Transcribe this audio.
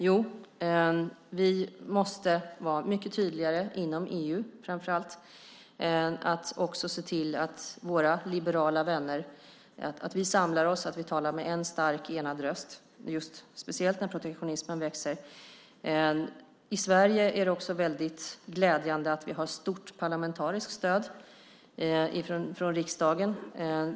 Jo, vi måste vara mycket tydligare framför allt inom EU och se till att vi och våra liberala vänner samlar oss och talar med en stark och enad röst, speciellt nu när protektionismen växer. I Sverige är det väldigt glädjande att vi har stort parlamentariskt stöd från riksdagen.